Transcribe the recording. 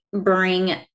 bring